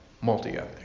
multi-ethnic